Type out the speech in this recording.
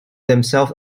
themselves